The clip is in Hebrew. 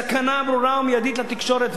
סכנה ברורה ומיידית לתקשורת,